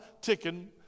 ticking